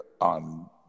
on